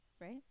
right